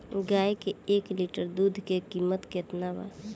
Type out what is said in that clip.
गाय के एक लीटर दुध के कीमत केतना बा?